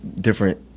different